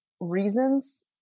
reasons